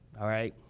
alright,